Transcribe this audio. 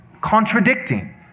contradicting